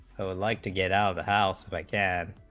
like to get out of the house like yeah